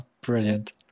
Brilliant